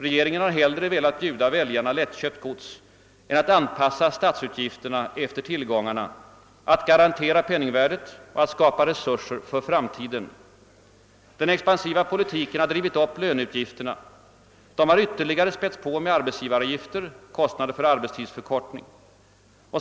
Regeringen har hellre velat bjuda väljarna lättköpt gods än anpassa statsutgifterna efter tillgångarna, garantera penningvärdet och skapa resurser för framtiden. Den expansiva politiken har drivit upp löneutgifterna. De har ytterligare spätts på med arbetsgivareavgifter och kostnader för arbetstidsförkortning.